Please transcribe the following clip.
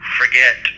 forget